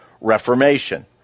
Reformation